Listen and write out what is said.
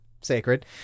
Sacred